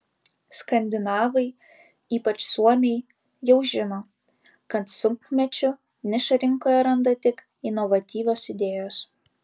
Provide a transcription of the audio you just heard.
skandinavai ypač suomiai jau žino kad sunkmečiu nišą rinkoje randa tik inovatyvios idėjos